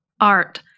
art